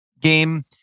game